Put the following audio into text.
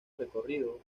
recorrido